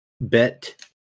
bet